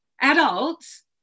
adults